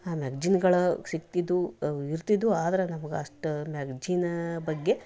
ಮ್ಯಾಗ್ಜಿನ್ಗಳು ಸಿಗ್ತಿದ್ವು ಇರ್ತಿದ್ದವು ಆದರೆ ನಮ್ಗೆ ಅಷ್ಟು ಮ್ಯಾಗ್ಜಿನ ಬಗ್ಗೆ